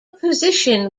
position